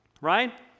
right